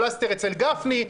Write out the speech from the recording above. פלסטר אצל גפני,